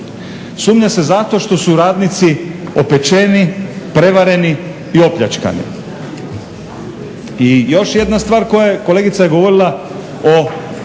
Sumnja se zato što su radnici opečeni, prevareni i opljačkani. I još jedna stvar koja je, kolegica je govorila o